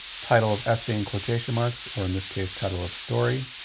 title of essay in quotation marks or in this case title of story,